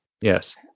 Yes